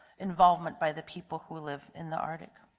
involvement by the people who live in the arctic.